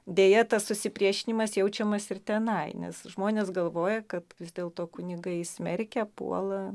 deja tas susipriešinimas jaučiamas ir tenai nes žmonės galvoja kad vis dėlto kunigai smerkia puola